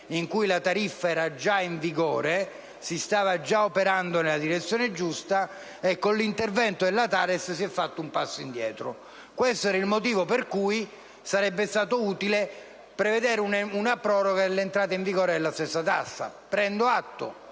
con la tariffa già in vigore, che si stava già operando nella direzione giusta. Con l'intervento della TARES si è fatto un passo indietro. Questo è il motivo per cui sarebbe stato utile prevedere una proroga dell'entrata in vigore di detta tassa. Prendo atto